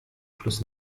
plus